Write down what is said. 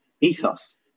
Ethos